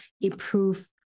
improve